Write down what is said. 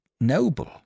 noble